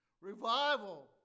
Revival